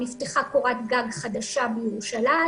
נפתחה קורת גג חדשה בירושלים.